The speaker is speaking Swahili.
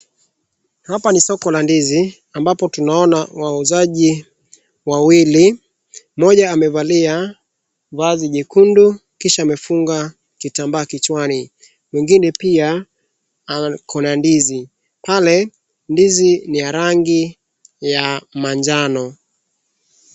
Hapa ni katika soko la ndizi ambapo tunaona wauzaji wawili, mmoja amevalia vazi jekundu kisha amefunga kitambaa kichawani. Mwingine pia ako na ndizi. Pale, ndizi ni ya rangi manjano.